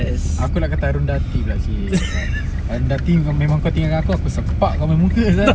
aku nak kata rendah hati pula si alright rendah hati memang memang kau tinggalkan aku sepak kau punya muka sia